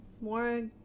more